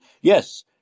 yes